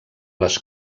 les